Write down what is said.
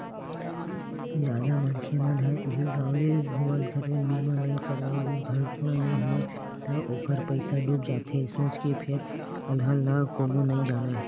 जादा मनखे मन इहीं नांव ले दुरघटना बीमा नइ कराय दुरघटना नइ होय त ओखर पइसा डूब जाथे सोच के फेर अलहन ल कोनो नइ जानय